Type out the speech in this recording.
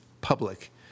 public